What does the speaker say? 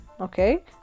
okay